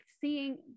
seeing